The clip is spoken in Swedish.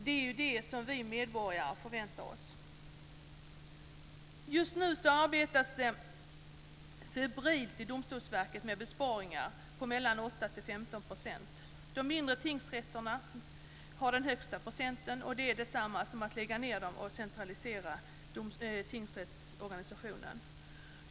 Det är det vi medborgare förväntar oss. Just nu arbetas det febrilt i Domstolsverket med besparingar på mellan 8 och 15 %. De mindre tingsrätterna har den högsta procenten och det är detsamma som att lägga ned dem och centralisera tingsrättsorganisationen.